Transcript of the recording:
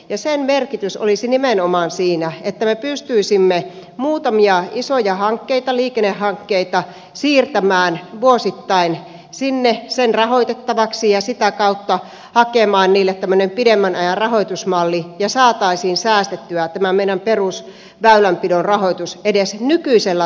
sen merkitys olisi nimenomaan siinä että me pystyisimme muutamia isoja hankkeita liikennehankkeita siirtämään vuosittain sinne sen rahoitettavaksi ja sitä kautta hakemaan niille tämmöisen pidemmän ajan rahoitusmallin ja saataisiin säästettyä tämä meidän perusväylänpidon rahoitus edes nykyisellä tasolla